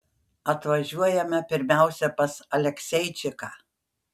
atvažiuojame pirmiausia pas alekseičiką